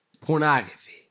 pornography